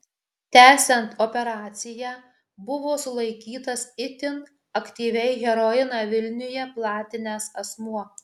tęsiant operaciją buvo sulaikytas itin aktyviai heroiną vilniuje platinęs asmuo